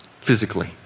physically